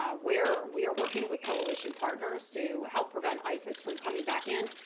ah where we are working with coalition partners to help prevent isis from coming back in,